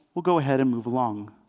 we'll go ahead and move along.